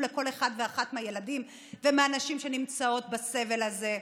לכל אחד ואחת מהילדים והנשים שנמצאים בסבל הזה,